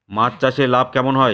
মাছ চাষে লাভ কেমন হয়?